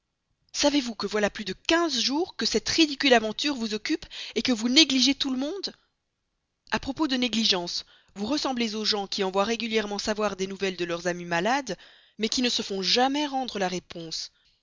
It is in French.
savez-vous que voilà huit jours que cette ridicule aventure vous occupe que vous négligez vos amis à propos de cela vous ressemblez aux gens qui envoient régulièrement savoir des nouvelles de leurs amis malades mais qui ne se font jamais rendre la réponse